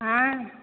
हें